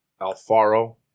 Alfaro